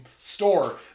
store